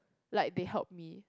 like they helped me